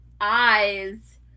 eyes